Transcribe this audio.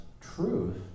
truth